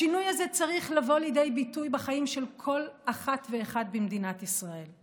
השינוי הזה צריך לבוא לידי ביטוי בחיים של כל אחת ואחד במדינת ישראל.